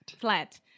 Flat